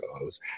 goes